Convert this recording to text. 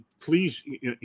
please